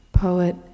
poet